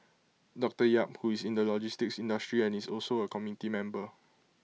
doctor yap who is in the logistics industry and is also A committee member